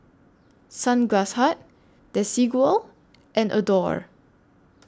Sunglass Hut Desigual and Adore